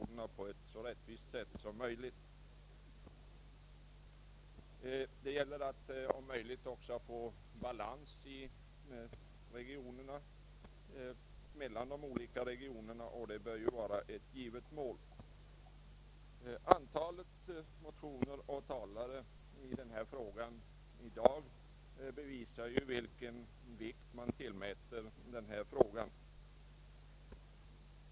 Det gäller också att om möjligt få balans mellan de olika regionerna — det bör vara ett givet mål, Antalet motioner och talare i debatten i dag visar vilken vikt man tillmäter den här frågan.